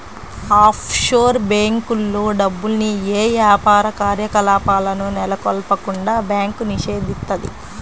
offshore బ్యేంకుల్లో డబ్బుల్ని యే యాపార కార్యకలాపాలను నెలకొల్పకుండా బ్యాంకు నిషేధిత్తది